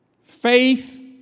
Faith